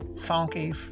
funky